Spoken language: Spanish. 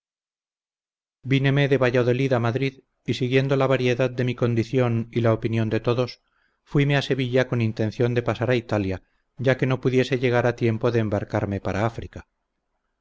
víneme de valladolid a madrid dice el mismo espinel y siguiendo la variedad de mi condición y la opinión de todos fuime a sevilla con intención de pasar a italia ya que no pudiese llegar a tiempo de embarcarme para áfrica